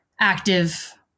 active